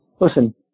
listen